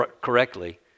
correctly